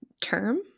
term